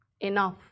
enough